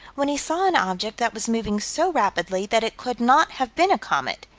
when he saw an object that was moving so rapidly that it could not have been a comet.